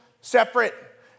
separate